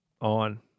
on